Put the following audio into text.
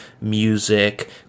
music